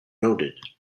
noted